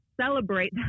celebrate